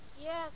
Yes